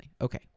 okay